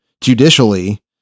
judicially